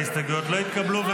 ההסתייגויות לא התקבלו.